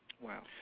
Wow